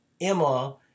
Emma